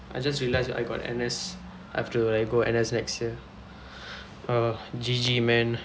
I just realize I got N_S I've to like go N_S next year ah G_G man